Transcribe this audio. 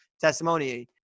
testimony